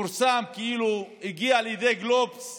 פורסם כאילו הגיע לידי גלובס